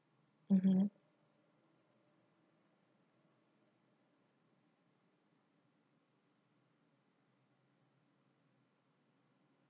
mmhmm